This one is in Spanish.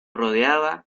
rodeaba